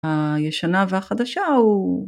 הישנה והחדשה הוא.